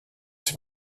sich